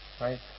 right